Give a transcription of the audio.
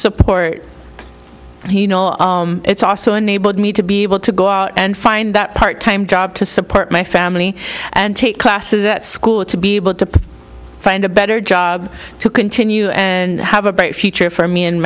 support he know it's also enabled me to be able to go out and find that part time job to support my family and take classes at school to be able to find a better job to continue and have a better future for me and